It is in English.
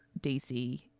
DC